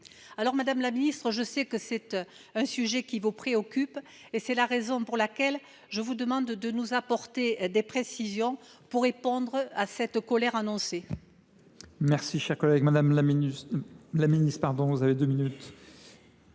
Madame la ministre, je sais que ce sujet vous préoccupe ; c’est la raison pour laquelle je vous demande de nous apporter des précisions pour répondre à cette colère annoncée.